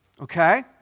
okay